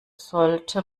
sollte